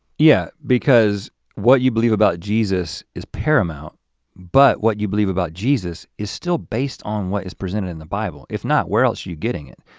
yeah because what you believe about jesus is paramount but what you believe about jesus is still based on what is presented in the bible. if not, where else are you getting it?